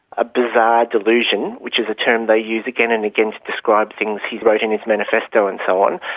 a bizarre delusion, which is a term they use again and again to describe things he wrote in his manifesto and so on,